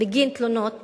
בגין תלונות